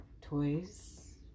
toys